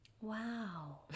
Wow